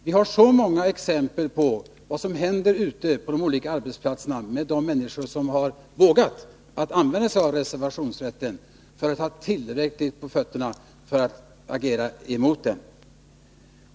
Vi har så många exempel på vad som händer på de olika arbetsplatserna med de människor som har vågat använda sig av reservationsrätten att vi har tillräckligt på fötterna för att agera mot den.